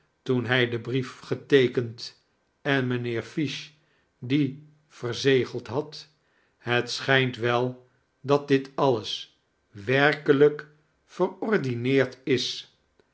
toen hij den brief geteekend en mijnheer fish dien verzegeld had het schijnt wel dat dit alles werkelijk verordineerd is